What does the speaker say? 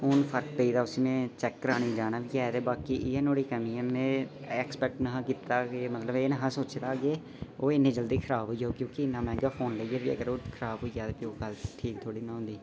हून फर्क पेई गेदा उसी में चैक कराने ई जाना बी ऐ ते बाकी इ'यै नुआढ़ी कमी ऐ में एक्सपैक्ट निं हा कीता दा कि मतलब एह् निं हा सोचे दा कि ओह् इन्नी जल्दी खराब होई जाह्ग क्योंकि इन्ना मैंह्गा फोन लेइयै बी अगर ओह् खराब होई जा ते ओह् चीज गल्ल ठीक थोह्ड़ी ना होंदी